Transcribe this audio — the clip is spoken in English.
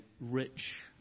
rich